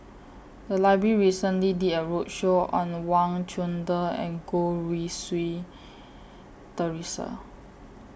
The Library recently did A roadshow on Wang Chunde and Goh Rui Si Theresa